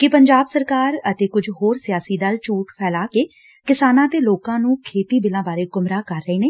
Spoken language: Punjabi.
ਕਿ ਪੰਜਾਬ ਸਰਕਾਰ ਅਤੇ ਕੁਝ ਹੋਰ ਸਿਆਸੀ ਦਲ ਝੂਠ ਫੈਲਾ ਕੇ ਕਿਸਾਨਾ ਤੇ ਲੋਕਾ ਨੂੰ ਖੇਤੀ ਬਿੱਲਾ ਬਾਰੇ ਗੁੰਮਰਾਹ ਕਰ ਰਹੇ ਨੇ